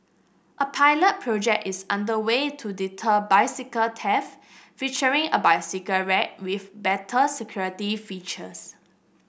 a pilot project is under way to deter bicycle theft featuring a bicycle rack with better security features